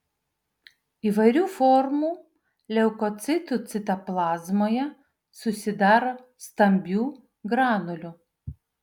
įvairių formų leukocitų citoplazmoje susidaro stambių granulių